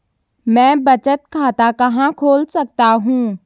मैं बचत खाता कहां खोल सकता हूँ?